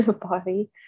body